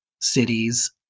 cities